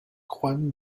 juan